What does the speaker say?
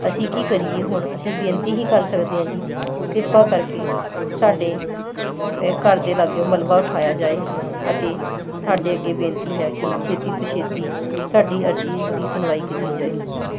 ਅਸੀਂ ਕੀ ਕਰੀਏ ਹੁਣ ਅਸੀਂ ਬੇਨਤੀ ਹੀ ਕਰ ਸਕਦੇ ਹਾਂ ਜੀ ਕਿਰਪਾ ਕਰਕੇ ਸਾਡੇ ਘਰ ਦੇ ਲਾਗਿਓਂ ਮਲਬਾ ਉਠਾਇਆ ਜਾਏ ਅਤੇ ਤੁਹਾਡੇ ਅੱਗੇ ਬੇਨਤੀ ਹੈ ਕੀ ਛੇਤੀ ਤੋਂ ਛੇਤੀ ਸਾਡੀ ਅਰਜ਼ੀ ਦੀ ਸੁਣਵਾਈ ਕੀਤੀ ਜਾਏ